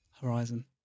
Horizon